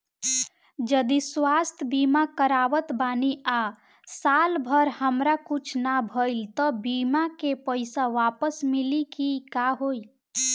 जदि स्वास्थ्य बीमा करावत बानी आ साल भर हमरा कुछ ना भइल त बीमा के पईसा वापस मिली की का होई?